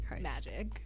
magic